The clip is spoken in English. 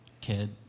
Kid